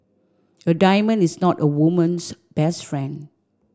a diamond is not a woman's best friend